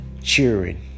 Cheering